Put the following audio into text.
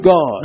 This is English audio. God